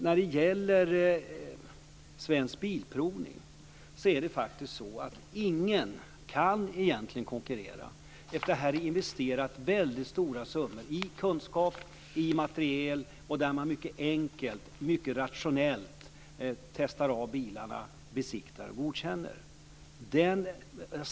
När det gäller Svensk Bilprovning kan egentligen inte någon konkurrera. Det har investerats väldigt stora summor i kunskap och materiel, och man testar bilar mycket enkelt och rationellt innan man besiktigar och godkänner.